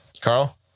Carl